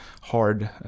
hard